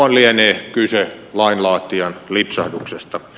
alkuaan lienee kyse lainlaatijan lipsahduksesta